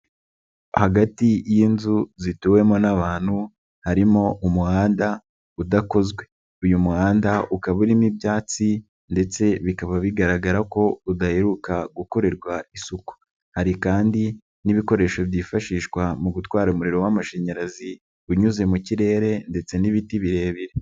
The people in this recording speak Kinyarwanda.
Hagati y'inzu zituwemo n'abantu harimo umuhanda udakozwe, uyu muhanda ukaba urimo ibyatsi ndetse bikaba bigaragara ko udaheruka gukorerwa isuku, hari kandi n'ibikoresho byifashishwa mu gutwara umuriro w'amashanyarazi unyuze mu kirere ndetse n'ibiti birebire.